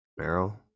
Meryl